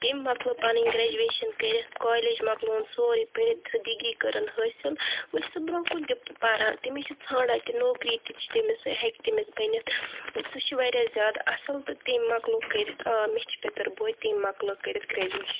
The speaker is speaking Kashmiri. تٔمۍ مۅکلو پَنٕنۍ گریجویشَن کٔرِتھ کالیج مۅکلووُن سورُے پٔرِتھ سُہ ڈِگری کرٕنۍ حٲصِل وُچھ سُہ برٛونٛہہ کُن تہِ پَران تٔمِس چھِ ژھانٛڈاں کہِ نوکری تہِ چھِ تٔمِس ہیٚکہِ تٔمِس بٔنِتھ سُہ چھِ واریاہ زیاد اَصٕل تہٕ تٔمۍ مۅکلو کٔرِتھ آ مےٚ چھِ پِتُر بوے تٔمۍ مۅکلو کٔرِتھ گریجویشَن